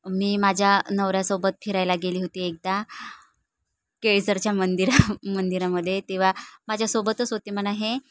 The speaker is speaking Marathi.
मी माझ्या नवऱ्यासोबत फिरायला गेली होती एकदा केळझरच्या मंदिरा मंदिरामध्ये तेव्हा माझ्यासोबतच होते म्हणा हे